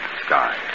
sky